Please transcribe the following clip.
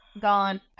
gone